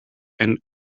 and